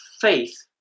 faith